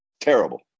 Terrible